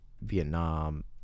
Vietnam